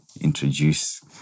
introduce